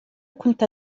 كنت